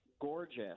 gorgeous